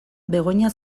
begoña